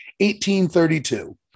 1832